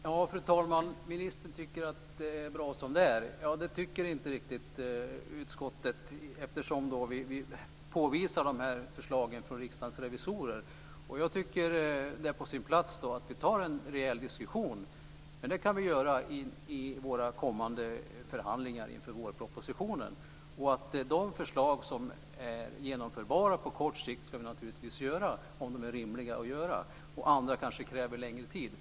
Fru talman! Ministern tycker att det är bra som det är. Det tycker inte riktigt utskottet eftersom vi påvisar de här förslagen från Riksdagens revisorer. Jag tycker att det är på sin plats att vi tar en rejäl diskussion. Men det kan vi göra i de kommande förhandlingarna inför vårpropositionen. De förslag som är genomförbara på kort sikt ska vi naturligtvis genomföra om de är rimliga. Andra förslag kräver kanske längre tid.